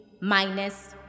minus